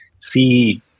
see